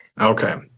Okay